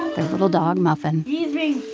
their little dog, muffin he's being